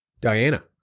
Diana